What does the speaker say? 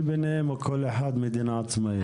מישהו מתכלל ביניהם או כל אחד מדינה עצמאית?